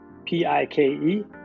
p-i-k-e